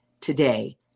today